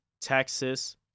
Texas